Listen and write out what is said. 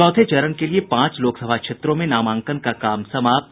चौथे चरण के लिए पांच लोकसभा क्षेत्रों में नामांकन का काम समाप्त